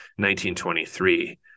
1923